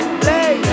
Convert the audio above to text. play